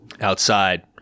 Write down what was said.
Outside